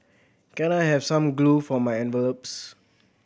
can I have some glue for my envelopes